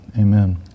Amen